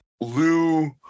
Lou